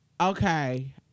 Okay